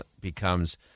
becomes